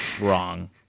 wrong